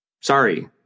Sorry